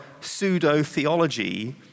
pseudo-theology